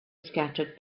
scattered